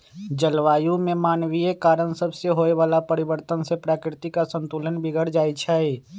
जलवायु में मानवीय कारण सभसे होए वला परिवर्तन से प्राकृतिक असंतुलन बिगर जाइ छइ